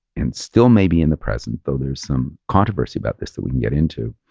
and still may be in the present though, there's some controversy about this that we can get into.